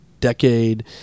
decade